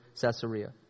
Caesarea